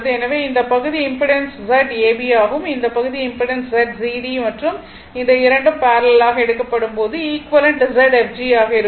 எனவே இந்த பகுதி இம்பிடன்ஸ் Z ab ஆகும் இந்த பகுதி இம்பிடன்ஸ் Z cd மற்றும் இந்த இரண்டும் பேரலல் ஆக எடுக்கப்படும்போது ஈக்விவலெண்ட் Zfg ஆக இருக்கும்